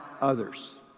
others